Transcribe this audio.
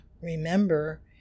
remember